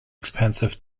expensive